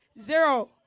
Zero